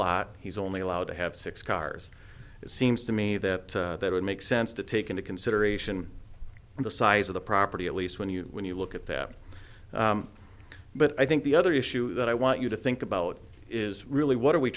lot he's only allowed to have six cars it seems to me that that would make sense to take into consideration the size of the property at least when you when you look at that but i think the other issue that i want you to think about is really what are we